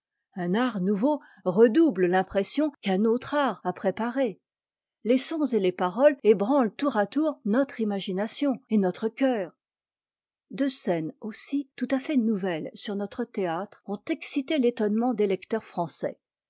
un art nouveau redouble l'impression qu'un autre art a préparée les sons et les paroles ébranlent tour à tour notre imagination et notre cœur deux scènes aussi tout à fait nouvelles sur notre théâtre ont excité l'étonnement des lecteurs français